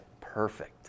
perfect